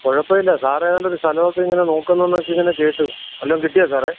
കുഴപ്പമില്ല സാറ് ഏതാണ്ടൊരു സ്ഥലമൊക്കെ ഇങ്ങനെ നോക്കുന്നുന്നൊക്കെ ഇങ്ങനെ കേട്ടു വല്ലോം കിട്ടിയോ സാറേ